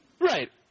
Right